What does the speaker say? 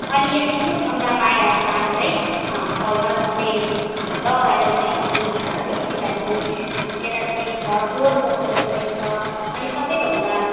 अनि यसरी नै गङ्गामाया पार्क है तल जुन चाहिँ रक गार्डन पार्क पनि भनिन्छ है त्यता पनि त्यता पनि छ जोर पोखरी पनि छ अनि सबैभन्दा